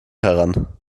heran